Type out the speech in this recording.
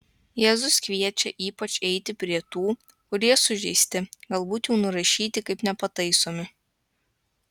jėzus kviečia ypač eiti prie tų kurie sužeisti galbūt jau nurašyti kaip nepataisomi